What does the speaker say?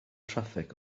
traffig